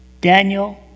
Daniel